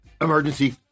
emergency